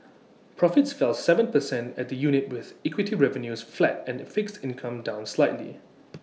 profits fell Seven percent at the unit with equity revenues flat and fixed income down slightly